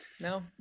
No